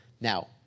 Now